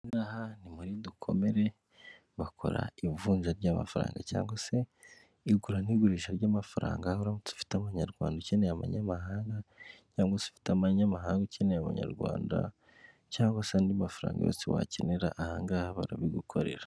Ni ahantu muri dukomere, bakora ivunja ry'amafaranga cyangwa se igura n'igurisha ry'amafaranga, uramutse ufite amanyarwanda ukeneye amanyamahanga cyangwa se ufitemanyamahanga ukeneye abanyarwanda cyangwa andi mafaranga yose wakenera aha ngaha barabigukorera.